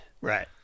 Right